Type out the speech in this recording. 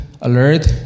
alert